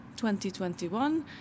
2021